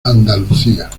andalucía